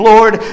Lord